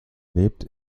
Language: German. lebt